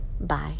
Bye